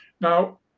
Now